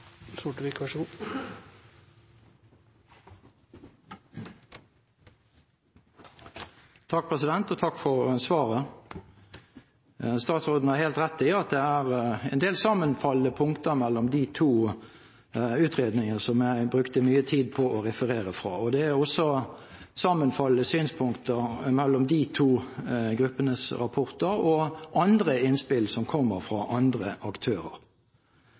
en del sammenfallende punkter mellom de to utredningene som jeg brukte mye tid på å referere fra. Det er også sammenfallende synspunkter mellom de to gruppenes rapporter og andre innspill som kommer fra andre aktører.